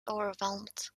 overwhelmed